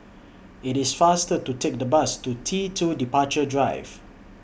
IT IS faster to Take The Bus to T two Departure Drive